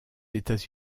états